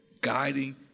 guiding